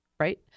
Right